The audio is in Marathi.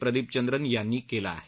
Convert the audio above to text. प्रदिप चंद्रन यांनी केलं आहे